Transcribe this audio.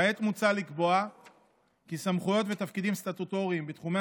כעת מוצע לקבוע כי סמכויות ותפקידים סטטוטוריים בתחומי